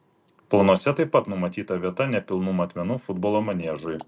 planuose taip pat numatyta vieta nepilnų matmenų futbolo maniežui